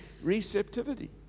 receptivity